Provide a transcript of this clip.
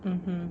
mmhmm